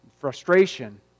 frustration